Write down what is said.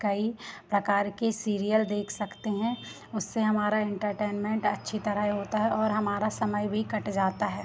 कई प्रकार के सीरियल देख सकते हैं उससे हमारा इंटरटेनमेंट अच्छी तरह होता है और हमारा समय भी कट जाता है